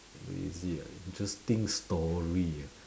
lazy ah interesting story ah